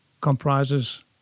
comprises